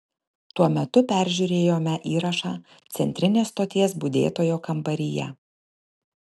tuo metu peržiūrėjome įrašą centrinės stoties budėtojo kambaryje